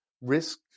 risk